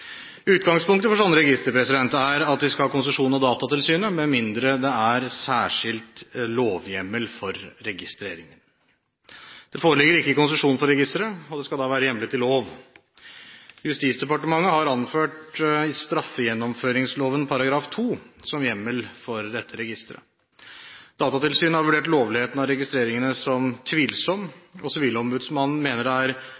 Utgangspunktet for slike registre er at de skal ha konsesjon fra Datatilsynet, med mindre det er særskilt lovhjemmel for registrering. Det foreligger ikke konsesjon for registeret, og det skal være hjemlet i lov. Justisdepartementet har anført straffegjennomføringsloven § 2 som hjemmel for dette registeret. Datatilsynet har vurdert lovligheten av registreringene som tvilsom, og Sivilombudsmannen mener det er